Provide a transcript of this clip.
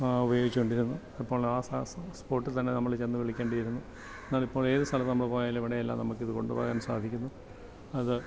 ഉപയോഗിച്ചുകൊണ്ടിരുന്നു അപ്പോൾ സ്പോട്ടിൽ തന്നെ നമ്മൾ ചെന്ന് വിളിക്കേണ്ടിയിരുന്നു എന്നാൽ ഇപ്പോള് ഏത് സ്ഥലത്ത് നമ്മൾ പോയാലും എവിടെയെല്ലാം നമുക്കിത് കൊണ്ടുപോകാൻ സാധിക്കുന്നു അത്